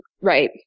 Right